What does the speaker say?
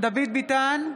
דוד ביטן,